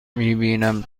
میبینم